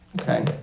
Okay